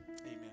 Amen